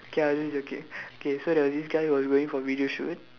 K I was just joking K so there was this guy who was going for video shoot